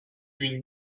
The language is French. une